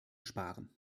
sparen